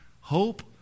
hope